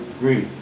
green